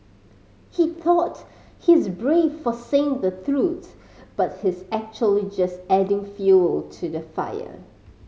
he thought he's brave for saying the truth but he's actually just adding fuel to the fire